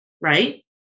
right